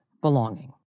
belonging